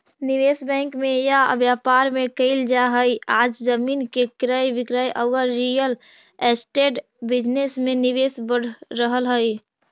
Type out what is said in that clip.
निवेश बैंक में या व्यापार में कईल जा हई आज जमीन के क्रय विक्रय औउर रियल एस्टेट बिजनेस में निवेश बढ़ रहल हई